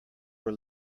were